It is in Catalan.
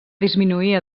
disminuir